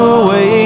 away